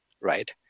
right